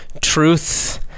truth